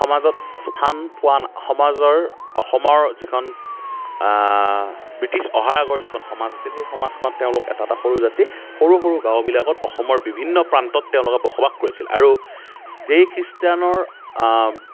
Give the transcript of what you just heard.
সমাজত স্থান পোৱা সমাজৰ অসমৰ যিখন ব্ৰিটিছ অহাৰ আগৰ যিখন সমাজ আছিলে সেই সমাজখনত তেওঁলোক এটা এটা সৰু জাতি সৰু সৰু গাওঁবিলাকত অসমৰ বিভিন্ন প্ৰান্তত তেওঁলোকে বসবাস কৰিছিল আৰু যেই খ্ৰীষ্টানৰ